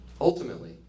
Ultimately